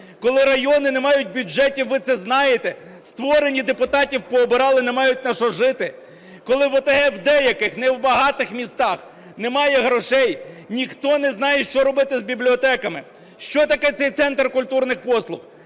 Коли райони не мають бюджетів (ви це знаєте), створені, депутатів пообирали, не мають на що жити. Коли в ОТГ у деяких, не в багатих містах, немає грошей, ніхто не знає, що робити з бібліотеками. Що таке цей центр культурних послуг?